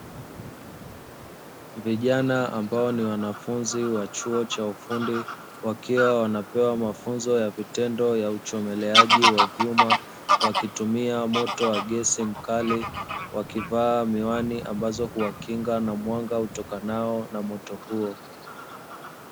Vijana ambao ni wanafunzi wa chuo cha ufundi, wakiwa wanapewa mafunzo ya vitendo ya uchomeleaji wa vyuma, wakitumia moto wa gesi mkali, wakivaa miwani ambazo huwakinga na mwanga utokanao na moto huo.